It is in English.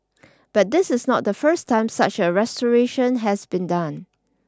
but this is not the first time such a restoration has been done